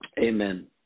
Amen